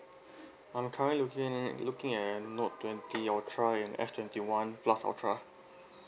I'm currently looking looking at note twenty ultra and F twenty one plus ultra